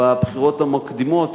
בבחירות המקדימות